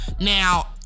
Now